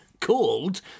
Called